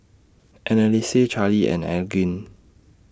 Anneliese Charlee and Elgin